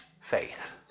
faith